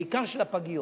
בעיקר של הפגיות.